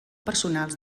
personals